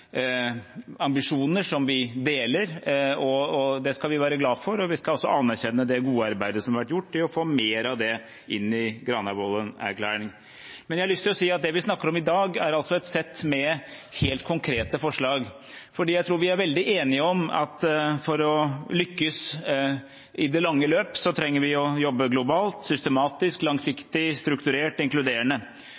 ambisjoner som vi deler. Det skal vi være glad for, og vi skal også anerkjenne det gode arbeidet som har vært gjort for å få mer av det inn i Granavolden-plattformen. Jeg har lyst til å si at det vi snakker om i dag, er et sett med helt konkrete forslag. Jeg tror vi er veldig enige om at for å lykkes i det lange løp trenger vi å jobbe globalt, systematisk,